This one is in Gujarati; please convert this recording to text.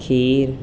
ખીર